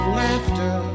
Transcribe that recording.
laughter